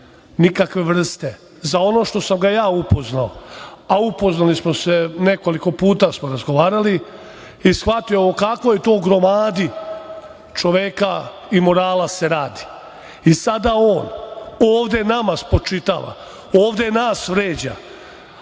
nikakve vrste, za ono što sam ga ja upoznao, a upoznali smo se, nekoliko puta smo razgovarali i shvatio o kakvoj to gromadi čoveka i morala se radi. I sada on ovde nama spočitava, ovde nas vređa,